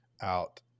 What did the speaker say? out